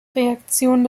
reaktion